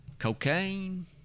Cocaine